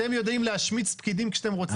אתם יודעים להשמיץ פקידים כשהם רוצים.